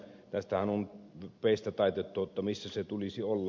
tästähän on peistä taitettu missä sen tulisi olla